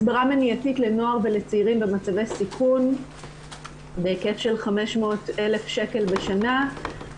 הסדרה מניעתית לנוער ולצעירים במצב סיכון בהיקף של 500 אלף שקל בשנה.